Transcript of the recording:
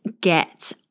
get